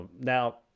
now